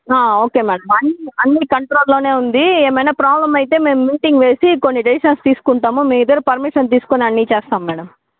okay madam అన్ని అన్ని కంట్రోల్లోనే ఉంది ఏమైనా ప్రాబ్లం అయితే మేము మీటింగ్ వేసి కొన్ని డెసిషన్స్ తీసుకుంటాము మీ దగ్గర పర్మిషన్ తీసుకుని అన్ని చేస్తాము మేడం